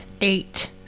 eight